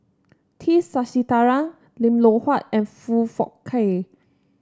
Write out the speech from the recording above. T Sasitharan Lim Loh Huat and Foong Fook Kay